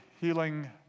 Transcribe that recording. healing